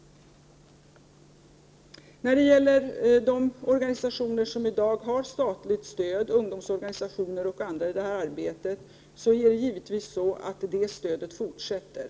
De organisationer som har statligt stöd i det här arbetet, ungdomsorganisationer och andra, skall givetvis få fortsatt stöd.